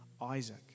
isaac